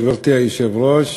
גברתי היושבת-ראש,